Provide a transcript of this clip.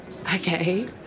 Okay